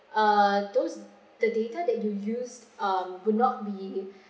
uh those the data that you used um would not be